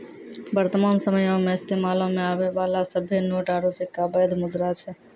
वर्तमान समयो मे इस्तेमालो मे आबै बाला सभ्भे नोट आरू सिक्का बैध मुद्रा छै